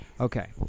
Okay